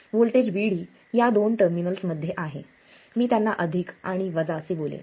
voltage Vd या दोन टर्मिनल्समध्ये आहे मी त्यांना अधिक आणि वजा असे बोलेन